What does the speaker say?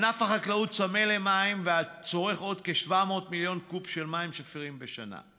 ענף החקלאות צמא למים וצריך עוד כ-700 מיליון קוב של מים שפירים בשנה.